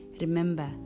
remember